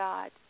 God